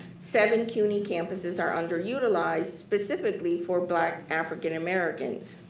seven cuny campuses are underutilized specifically for black african-americans.